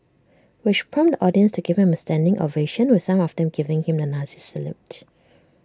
which prompted the audience to give him A standing ovation with some of them giving him the Nazi salute